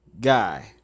guy